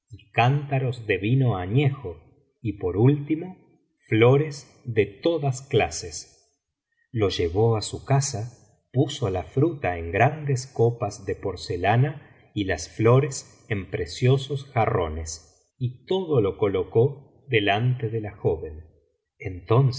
cántaros de vino añejo y por último ñores de todas clases lo llevó á su casa puso la fruta en grandes copas de porcelana y las flores en preciosos jarrones y todo lo colocó delante de la joven entonces